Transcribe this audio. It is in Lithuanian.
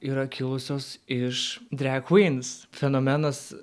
yra kilusios iš drag queens fenomenas